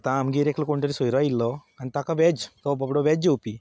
आतां आमगेर कोण एकलो सोयरो आयिल्लो ताका वॅज तो बाबडो वॅज जेवपी